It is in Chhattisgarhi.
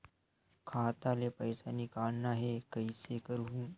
खाता ले पईसा निकालना हे, कइसे करहूं?